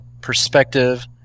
perspective